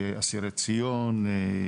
אסירי ציון.